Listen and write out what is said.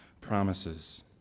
promises